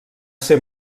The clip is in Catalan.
ser